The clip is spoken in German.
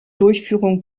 durchführung